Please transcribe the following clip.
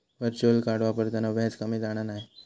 virtual card वापरताना व्याज कमी जाणा नाय